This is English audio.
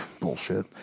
Bullshit